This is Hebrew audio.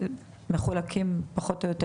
מחולקים פחות או יותר